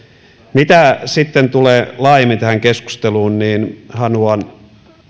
mitä sitten tulee laajemmin tähän keskusteluun niin haluan